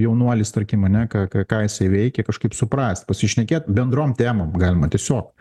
jaunuolis tarkim ane ką ką ką jisai veikia kažkaip suprast pasišnekėt bendrom temom galima tiesiog